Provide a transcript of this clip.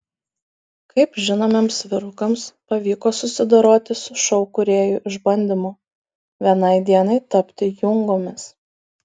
kaip žinomiems vyrukams pavyko susidoroti su šou kūrėjų išbandymu vienai dienai tapti jungomis